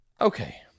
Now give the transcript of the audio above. Okay